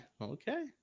Okay